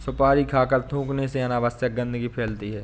सुपारी खाकर थूखने से अनावश्यक गंदगी फैलती है